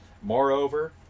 Moreover